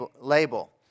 label